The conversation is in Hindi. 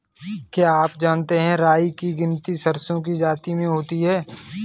क्या आप जानते है राई की गिनती सरसों की जाति में होती है?